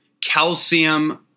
calcium